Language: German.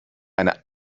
eine